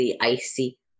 icy